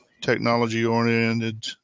technology-oriented